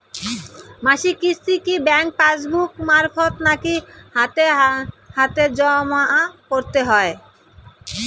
মাসিক কিস্তি কি ব্যাংক পাসবুক মারফত নাকি হাতে হাতেজম করতে হয়?